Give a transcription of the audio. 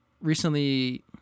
recently